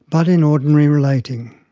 but in ordinary relating.